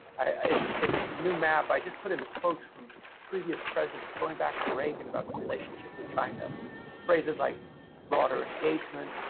in the new map i just put in the quotes from previous presidents going back to reagan about the relationship with china phrases like broader engagement,